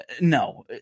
no